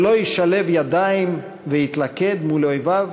שלא ישלב ידיים ויתלכד מול אויביו?